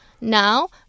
now